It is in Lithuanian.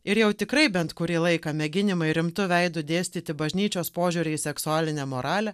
ir jau tikrai bent kurį laiką mėginimai rimtu veidu dėstyti bažnyčios požiūrį į seksualinę moralę